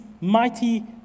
mighty